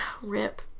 Rip